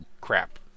crap